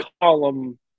column